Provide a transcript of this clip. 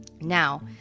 Now